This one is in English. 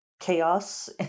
chaos